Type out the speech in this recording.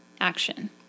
action